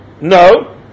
No